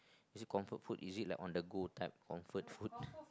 is it comfort food is it like on the gold type comfort food